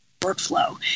workflow